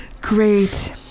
Great